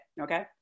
okay